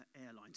Airlines